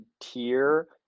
tier